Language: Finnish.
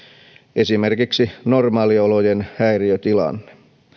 esimerkiksi normaaliolojen häiriötilanne